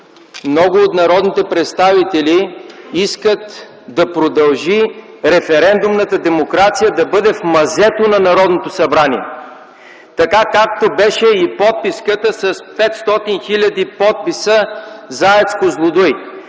Много от народните представители искат да продължи референдумната демокрация да бъде в мазето на Народното събрание, така както беше и при подписката с 500 хил. подписали се за